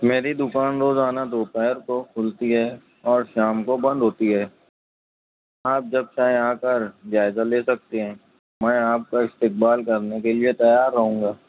میری دوکان روزانہ دوپہر کو کھلتی ہے اور شام کو بند ہوتی ہے آپ جب چاہیں آ کر جائزہ لے سکتے ہیں میں آپ کا استقبال کرنے کے لیے تیار رہوں گا